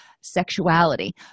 sexuality